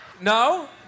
No